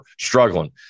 struggling